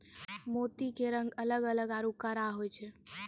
मोती के रंग अलग अलग आरो कड़ा होय छै